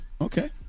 Okay